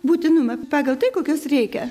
būtinumą pagal tai kokios reikia